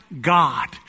God